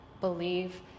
believe